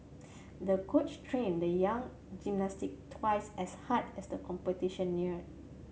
the coach trained the young gymnast twice as hard as the competition neared